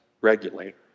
regulator